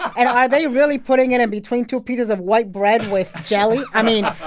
and are they really putting it in between two pieces of white bread with jelly? i mean,